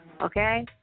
Okay